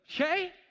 okay